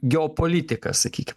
geopolitiką sakykim